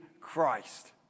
Christ